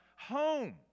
home